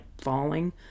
falling